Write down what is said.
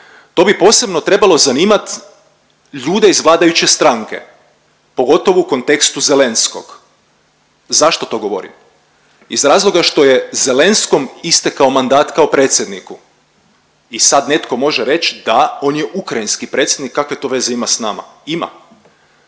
To bi posebno trebalo zanimati ljude iz vladajuće stranke, pogotovo u kontekstu Zelenskog. Zašto to govorim? Iz razloga što je Zelenskom istekao mandat kao predsjedniku i sad netko može reći, da, on je ukrajinski predsjednik, kakve to veze ima s nama? Ima.